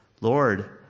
Lord